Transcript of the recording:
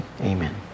amen